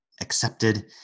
accepted